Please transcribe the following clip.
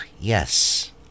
yes